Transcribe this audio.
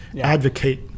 advocate